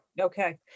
Okay